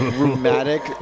rheumatic